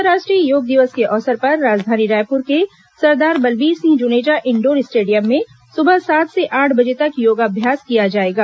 अंतर्राष्ट्रीय योग दिवस के अवसर पर राजधानी रायपुर के सरदार बलवीर सिंह जुनेजा इंडोर स्टेडियम में सुबह सात से आठ बजे तक योगाभ्यास किया जाएगा